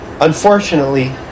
Unfortunately